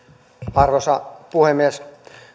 arvoisa puhemies